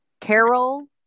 Carol